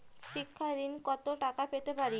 শিক্ষা ঋণ কত টাকা পেতে পারি?